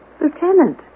Lieutenant